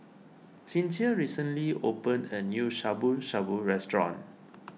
Sincere recently opened a new Shabu Shabu restaurant